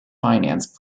finance